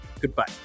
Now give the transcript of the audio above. goodbye